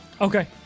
Okay